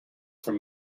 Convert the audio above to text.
from